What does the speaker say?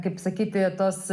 kaip sakyti tos